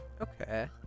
Okay